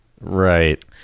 Right